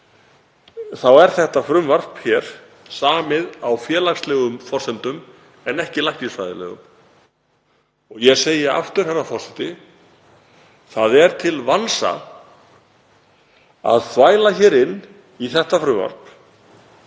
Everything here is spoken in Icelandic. er þetta frumvarp hér samið á félagslegum forsendum en ekki læknisfræðilegum. Ég segi aftur, herra forseti: Það er til vansa að þvæla inn í þetta frumvarp